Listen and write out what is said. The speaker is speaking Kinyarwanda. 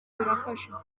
birafasha